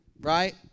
right